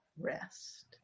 rest